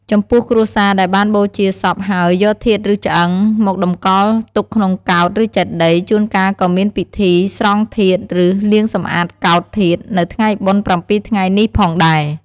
ចំពោះគ្រួសារដែលបានបូជាសព ហើយយក ធាតុឬឆ្អឹង មកតម្កល់ទុកក្នុងកោដ្ឋ ឬចេតិយ ជួនកាលក៏មានពិធី ស្រង់ធាតុ ឬ លាងសម្អាតកោដ្ឋធាតុ នៅថ្ងៃបុណ្យប្រាំពីរថ្ងៃនេះផងដែរ។